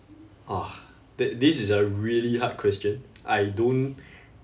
ah tha~ this is a really hard question I don't